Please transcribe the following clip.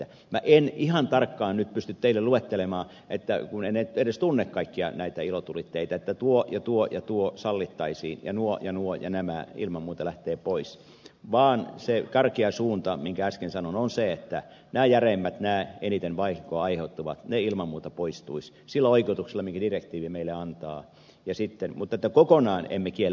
minä en ihan tarkkaan nyt pysty teille luettelemaan kun en edes tunne kaikkia näitä ilotulitteita että tuo ja tuo ja tuo sallittaisiin ja nuo ja nuo ja nämä ilman muuta lähtevät pois vaan se karkea suunta minkä äsken sanoin on se että nämä järeimmät eniten vahinkoa aiheuttavat ilman muuta poistuisivat sillä oikeutuksella minkä direktiivi meille antaa mutta kokonaan emme kiellä